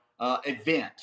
event